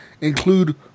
include